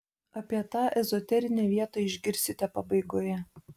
apie tą ezoterinę vietą išgirsite pabaigoje